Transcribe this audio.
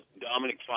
Dominic